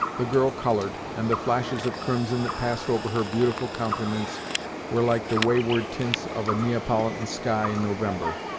the girl coloured, and the flashes of crimson that passed over her beautiful countenance were like the wayward tints of a neapolitan sky in november.